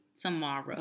tomorrow